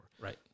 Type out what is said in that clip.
Right